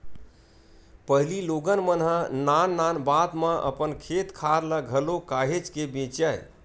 पहिली लोगन मन ह नान नान बात म अपन खेत खार ल घलो काहेच के बेंचय